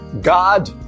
God